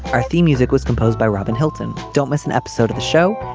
our theme music was composed by robin hilton. don't miss an episode of the show.